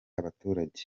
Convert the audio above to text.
abaturage